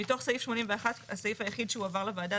מתוך סעיף 81 הסעיף היחיד שהועבר לוועדה